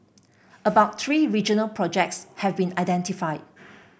about three regional projects have been identified